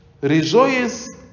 rejoice